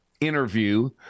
interview